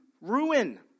Ruin